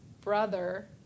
brother